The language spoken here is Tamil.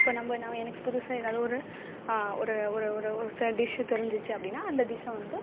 அப்போ நம்ப நான் எனக்கு புதுசாக ஏதாவது ஒரு ஒரு ஒரு ஒரு ஒரு ச டிஷ்ஷு தெரிஞ்சிச்சு அப்படின்னா அந்த டிஷ்ஷை வந்து